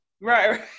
Right